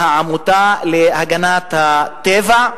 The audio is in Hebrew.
של החברה להגנת הטבע.